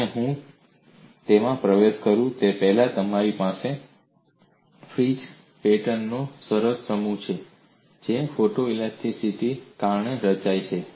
અને હું તેમાં પ્રવેશ કરું તે પહેલાં તમારી પાસે ફ્રિન્જ પેટર્નનો સરસ સમૂહ છે જે ફોટોએલાસ્ટીસીટીને કારણે રચાય છે